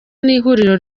n’ihuriro